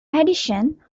addition